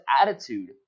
attitude